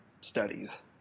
studies